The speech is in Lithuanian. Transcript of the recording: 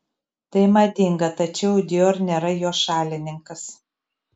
tai madinga tačiau dior nėra jo šalininkas